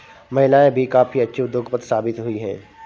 महिलाएं भी काफी अच्छी उद्योगपति साबित हुई हैं